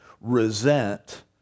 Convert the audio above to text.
resent